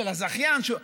של הזכיין שעושה.